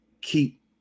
keep